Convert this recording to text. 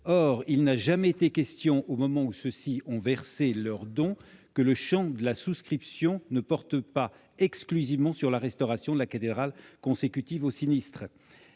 Or il n'a jamais été question, au moment où ceux-ci ont versé leur don, que le champ de la souscription ne porte pas exclusivement sur la restauration de la cathédrale consécutivement au sinistre.